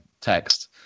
text